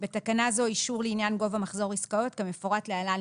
בתקנה זו "אישור לעניין גובה מחזור העסקאות" כמפורט להלן,